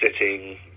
sitting